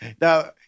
now